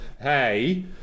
hey –